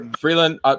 Freeland